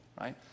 right